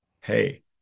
Hey